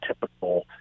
typical